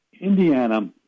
Indiana